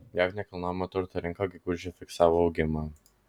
jav nekilnojamojo turto rinka gegužę fiksavo augimą